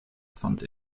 fand